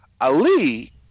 Ali